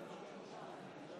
בבקשה.